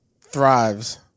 thrives